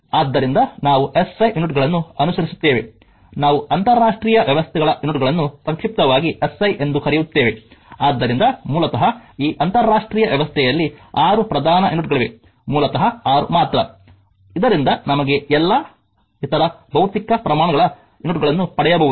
ಆದ್ದರಿಂದ ನಾವು SI unit ಗಳನ್ನು ಅನುಸರಿಸುತ್ತೇವೆ ನಾವು ಅಂತರರಾಷ್ಟ್ರೀಯ ವ್ಯವಸ್ಥೆಗಳ ಯೂನಿಟ್ಗಳನ್ನು ಸಂಕ್ಷಿಪ್ತವಾಗಿ SI ಎಂದು ಕರೆಯುತ್ತೇವೆ ಆದ್ದರಿಂದ ಮೂಲತಃ ಈ ಅಂತರರಾಷ್ಟ್ರೀಯ ವ್ಯವಸ್ಥೆಯಲ್ಲಿ 6 ಪ್ರಧಾನ ಯೂನಿಟ್ಗಳಿವೆ ಮೂಲತಃ 6 ಮಾತ್ರ ಇದರಿಂದ ನಮಗೆ ಎಲ್ಲಾ ಇತರ ಭೌತಿಕ ಪ್ರಮಾಣಗಳ ಯೂನಿಟ್ಗಳನ್ನು ಪಡೆಯಬಹುದು